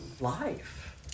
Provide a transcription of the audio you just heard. life